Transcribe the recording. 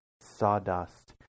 sawdust